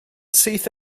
syth